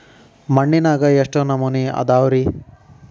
ಮಣ್ಣಿನಾಗ ಎಷ್ಟು ನಮೂನೆ ಅದಾವ ರಿ?